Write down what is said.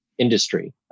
industry